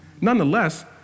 Nonetheless